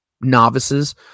novices